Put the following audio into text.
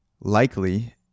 likely